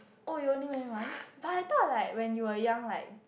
oh you only went once but I thought like when you were young like